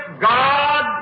God